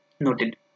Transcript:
noted